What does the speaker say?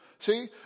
See